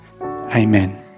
amen